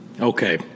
Okay